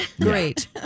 great